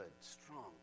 strong